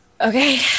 Okay